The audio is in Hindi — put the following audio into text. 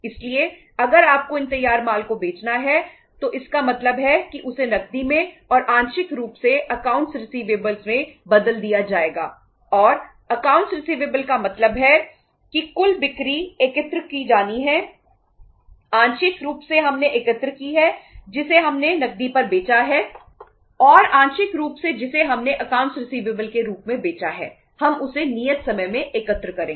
इसलिए अगर आपको इन तैयार माल को बेचना है तो इसका मतलब है कि उसे नकदी में और आंशिक रूप से अकाउंट्स रिसिवेबल के रूप में बेचा है हम उसे नियत समय में एकत्र करेंगे